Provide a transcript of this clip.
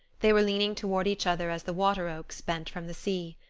they were leaning toward each other as the wateroaks bent from the sea.